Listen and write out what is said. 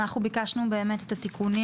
אנחנו ביקשנו באמת את התיקונים,